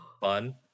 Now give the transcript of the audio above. fun